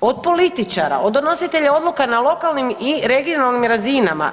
od političara, od donositelja odluka na lokalnim i regionalnim razinama.